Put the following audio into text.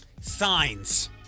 Signs